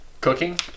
cooking